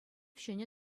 ҫӗнӗ